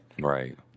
Right